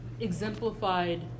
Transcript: exemplified